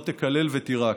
לא תקלל ותירק.